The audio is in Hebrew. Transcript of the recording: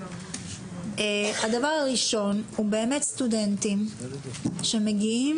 הדבר הראשון הוא באמת סטודנטים שמגיעים